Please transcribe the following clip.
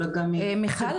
אבל גם --- מיכל,